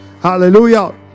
Hallelujah